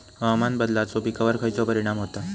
हवामान बदलाचो पिकावर खयचो परिणाम होता?